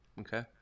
okay